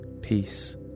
peace